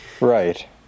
Right